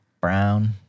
brown